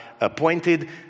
appointed